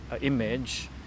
image